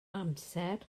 amser